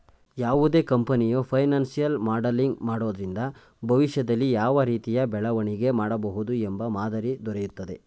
ಯಾವುದೇ ಕಂಪನಿಯು financial modelling ಮಾಡೋದ್ರಿಂದ ಭವಿಷ್ಯದಲ್ಲಿ ಯಾವ ರೀತಿಯ ಬೆಳವಣಿಗೆ ಮಾಡಬಹುದು ಎಂಬ ಮಾದರಿ ದೊರೆಯುತ್ತದೆ